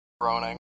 groaning